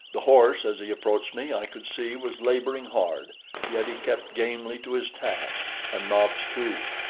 the horse, as he approached me, i could see was laboring hard yet he kept gamely to his task, and nobs, too.